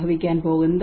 സംഭവിക്കാൻ പോകുന്നു